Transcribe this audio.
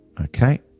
Okay